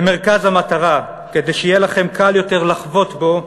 במרכז המטרה, כדי שיהיה לכם קל יותר לחבוט בו,